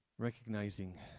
Recognizing